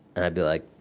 and i'd be like,